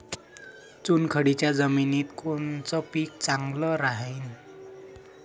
चुनखडीच्या जमिनीत कोनचं पीक चांगलं राहीन?